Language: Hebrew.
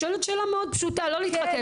זו שאלה מאוד פשוטה, לא להתחכם.